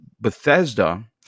Bethesda